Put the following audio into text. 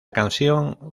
canción